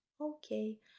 okay